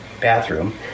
bathroom